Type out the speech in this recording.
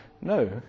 No